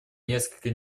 несколько